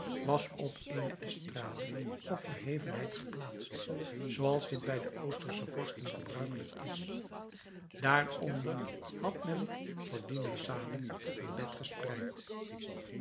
was op eene estrade of verhevenheid geplaatst zooals dit bij de oostersche vorsten gebruikelijk is daaronder had men voor dinarzade een bed gespreid